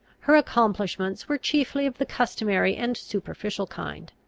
her accomplishments were chiefly of the customary and superficial kind,